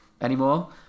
anymore